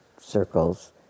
circles